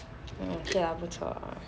ya 不错